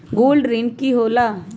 Gold ऋण की होला?